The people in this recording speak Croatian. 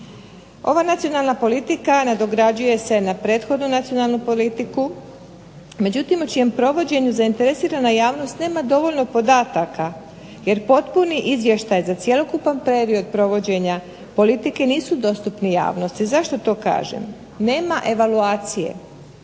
Ova nacionalna politika nadograđuje se na prethodnu nacionalnu politiku, međutim, u čijem provođenju zainteresirana javnost nema dovoljno podataka jer potpuni izvještaj za cjelokupni period provođenja politike nisu dostupni javnosti. Zašto to kažem? Nema evaluacije